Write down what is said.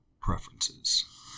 preferences